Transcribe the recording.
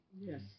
Yes